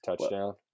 touchdown